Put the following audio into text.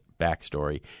backstory